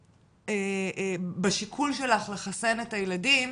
האם בשיקול שלך לחסן את הילדים